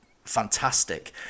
fantastic